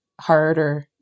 harder